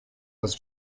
was